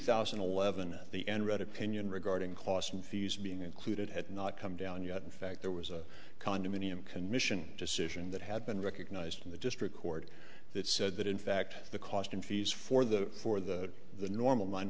thousand and eleven at the end read opinion regarding costs and fees being included had not come down yet in fact there was a condominium commission decision that had been recognized in the district court that said that in fact the cost and fees for the for the the normal nine